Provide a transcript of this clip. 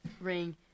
ring